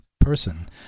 person